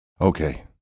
okay